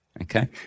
Okay